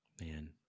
Man